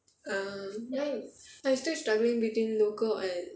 um mine I still struggling between local and